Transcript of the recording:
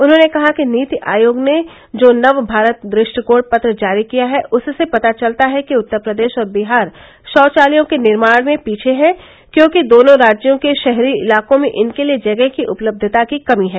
उन्होंने कहा कि नीति आयोग ने जो नव भारत द ष्टिकोण पत्र जारी किया है उससे पता चलता है कि उत्तस्प्रदेश और बिहार शौचालयों के निर्माण में पीछे हैं क्योंकि दोनों राज्यों के शहरी इलाकों में इनके लिए जगह की उपलब्धता की कमी है